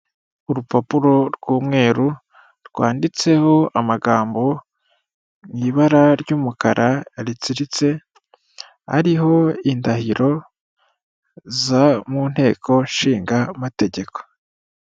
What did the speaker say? Urupapuro rw'umweru rwanditseho amagambo mu ibara ry'umukara ritsiritse, ariho indahiro zo mu nteko nshinga mategeko.